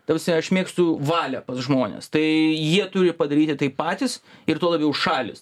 ta prasme aš mėgstu valią pas žmones tai jie turi padaryti tai patys ir tuo labiau šalys tai